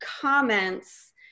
comments